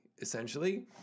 essentially